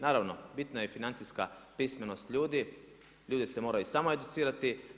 Naravno bitna je i financijska pismenost ljudi, ljudi se moraju i samoeducirati.